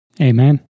Amen